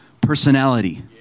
personality